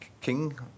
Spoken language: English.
King